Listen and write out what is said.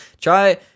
try